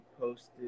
posted